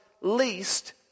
least